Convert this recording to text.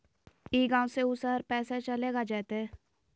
ई गांव से ऊ शहर पैसा चलेगा जयते?